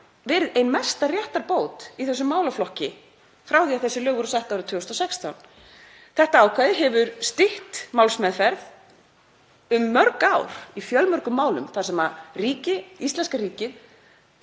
verið ein mesta réttarbót í þessum málaflokki frá því að þessi lög voru sett árið 2016. Þetta ákvæði hefur stytt málsmeðferð um mörg ár í fjölmörgum málum þar sem íslenska ríkið